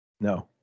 No